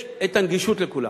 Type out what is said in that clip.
יש הנגישות לכולם.